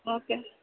okay